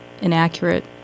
inaccurate